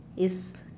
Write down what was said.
it's